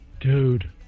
Dude